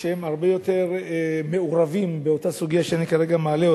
שהם הרבה יותר מעורבים בסוגיה שאני מעלה כרגע,